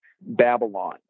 Babylon